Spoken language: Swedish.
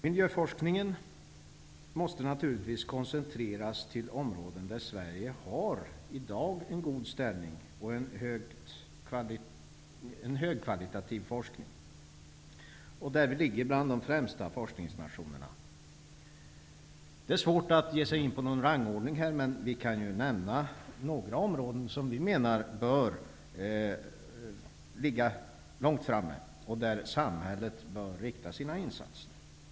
Miljöforskningen måste naturligtvis koncentreras till områden där Sverige i dag har en god ställning och en högkvalitativ forskning och där vårt land är bland de främsta forskningsnationerna. Det är svårt att ge sig in på någon rangordning, men jag kan nämna några områden som vi menar bör ligga långt framme och dit samhället bör rikta sina insatser.